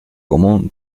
común